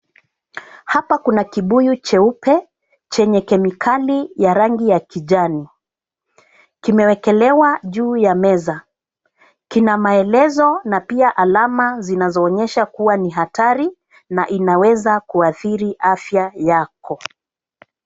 Hapa kuna kibuyu cheupe chenye kemikali ya rangi ya kijani. Kimewekelewa juu ya meza, kina maelezo na pia alama zinazoonyesha kuwa ni hatari na inaweza kuadhiri afya yako.